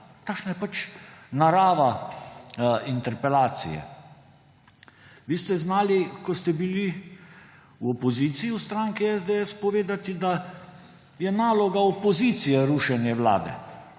Takšna je pač narava interpelacije. Vi ste znali, ko ste bili v opoziciji, v stranki SDS povedati, da je naloga opozicije rušenje vlade,